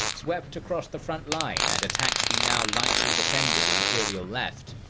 swept across the front line and attacked the now lightly defended imperial left.